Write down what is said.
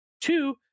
Two